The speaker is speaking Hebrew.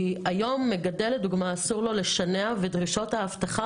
היום למגדל אסור לשנע ודרישות האבטחה